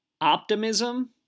optimism